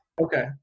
okay